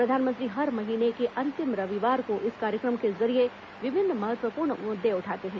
प्रधानमंत्री हर महीने के अंतिम रविवार को इस कार्यक्रम के जरिये विभिन्न महत्वपूर्ण मुद्दे उठाते हैं